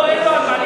אין לו על מה להתבסס.